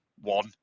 one